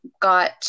got